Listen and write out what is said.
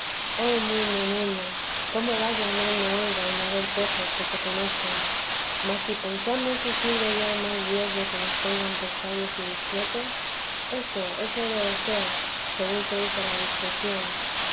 oh mundo mundo cómo vas ganando honra en haber pocos que te conozcan mas si pensamos se sirve ya más dios de que nos tengan por sabios y discretos eso eso debe ser según se usa de discreción